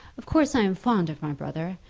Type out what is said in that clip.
of course i am fond of my brother.